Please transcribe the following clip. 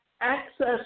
access